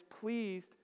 pleased